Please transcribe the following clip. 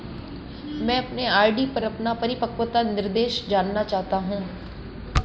मैं अपने आर.डी पर अपना परिपक्वता निर्देश जानना चाहता हूं